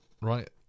right